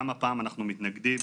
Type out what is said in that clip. גם הפעם אנחנו מתנגדים.